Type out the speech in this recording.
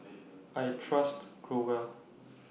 I Trust Growell